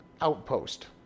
outpost